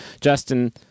Justin